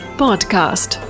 podcast